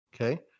okay